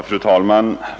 Fru talman!